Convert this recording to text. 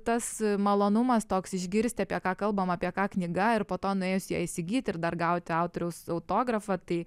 tas malonumas toks išgirsti apie ką kalbama apie ką knyga ir po to nuėjus ją įsigyt ir dar gauti autoriaus autografą tai